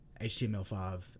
HTML5